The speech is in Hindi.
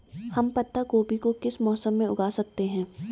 हम पत्ता गोभी को किस मौसम में उगा सकते हैं?